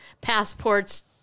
Passports